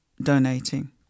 donating